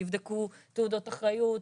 תבדקו תעודות אחריות,